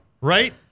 Right